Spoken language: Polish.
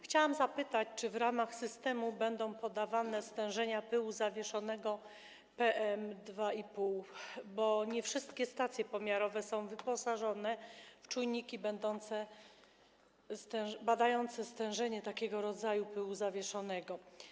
Chciałabym zapytać, czy w ramach systemu będą podawane stężenia pyłu zawieszonego PM2,5, bo nie wszystkie stacje pomiarowe są wyposażone w czujniki badające stężenie takiego rodzaju pyłu zawieszonego.